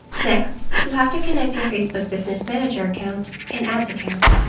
next you have to connect your facebook business manager account, and ads account.